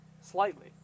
slightly